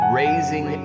raising